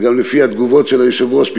וגם לפי התגובות של היושב-ראש קודם,